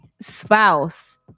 spouse